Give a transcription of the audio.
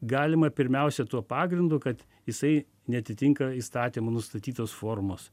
galima pirmiausia tuo pagrindu kad jisai neatitinka įstatymo nustatytos formos